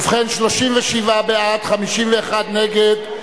ובכן, 37 בעד, 51 נגד.